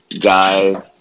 guy